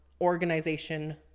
organization